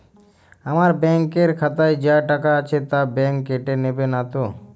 আমার ব্যাঙ্ক এর খাতায় যা টাকা আছে তা বাংক কেটে নেবে নাতো?